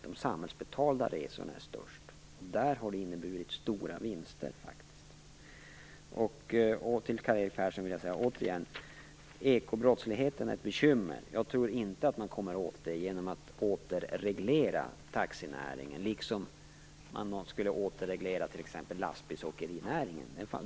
De samhällsbetalda resorna är den största posten. Där har det faktiskt inneburit stora vinster. Jag vill också säga till Karl-Erik Persson: Ekobrottsligheten är ett bekymmer. Jag tror dock inte att man kommer åt det genom att återreglera taxinäringen, lika litet som om man skulle återreglera t.ex. lastbilsåkerinäringen.